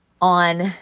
on